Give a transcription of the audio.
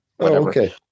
Okay